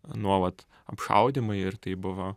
nuolat apšaudymai ir tai buvo